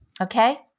Okay